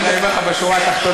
אבל אני אומר לך בשורה התחתונה,